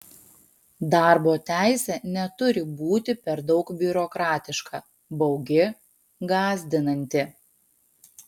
darbo teisė neturi būti per daug biurokratiška baugi gąsdinanti